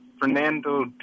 Fernando